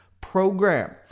Program